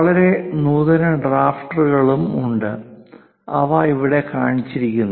വളരെ നൂതന ഡ്രാഫ്റ്ററുകളും ഉണ്ട് അവ ഇവിടെ കാണിച്ചിരിക്കുന്നു